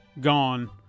gone